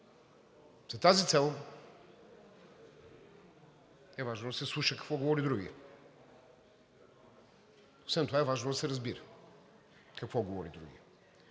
За тази цел е важно да се слуша какво говори другият, освен това е важно да се разбира какво говори другият.